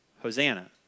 Hosanna